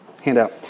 handout